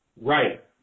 Right